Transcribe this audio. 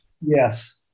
Yes